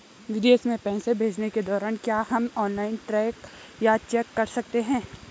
विदेश में पैसे भेजने के दौरान क्या हम ऑनलाइन ट्रैक या चेक कर सकते हैं?